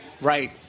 right